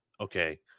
okay